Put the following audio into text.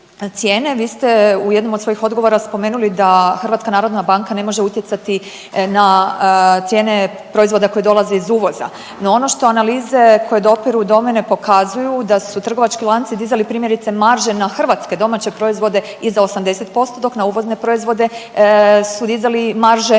Vi ste u jednom od svojih odgovora spomenuli da HNB ne može utjecati na cijene proizvoda koje dolaze iz uvoza, no ono što analize koje dopiru do mene pokazuju da su trgovački lanci dizali primjerice marže na hrvatske domaće proizvode i za 80% dok na uvozne proizvode su dizali marže